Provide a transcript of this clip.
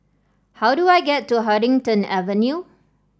how do I get to Huddington Avenue